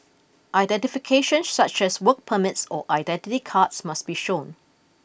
identification such as work permits or identity cards must be shown